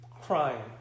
crying